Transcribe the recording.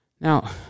Now